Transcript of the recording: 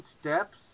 steps